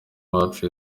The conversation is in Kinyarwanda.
wacu